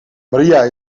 maria